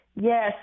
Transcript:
Yes